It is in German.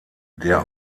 der